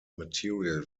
material